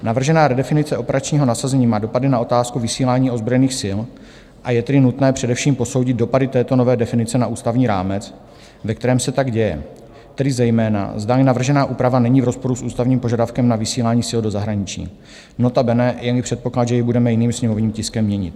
Navržená redefinice operačního nasazení má dopady na otázku vysílání ozbrojených sil, a je tedy nutné především posoudit dopady této nové definice na ústavní rámec, ve kterém se tak děje, tedy zejména, zdali navržená úprava není v rozporu s ústavním požadavkem na vysílání sil do zahraničí, nota bene je i předpoklad, že ji budeme jiným sněmovním tiskem měnit.